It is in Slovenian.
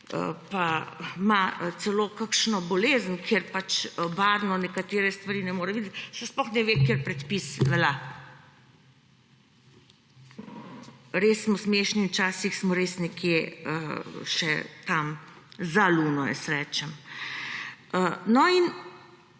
pa ima celo kakšno bolezen, kjer pač barvno nekatere stvari ne more videti, saj sploh ne ve, kateri predpis velja. Res smo smešni, včasih smo res nekje še tam za luno, rečem. No, in